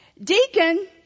Deacon